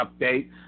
update